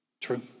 True